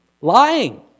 Lying